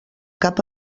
cap